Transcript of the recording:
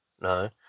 no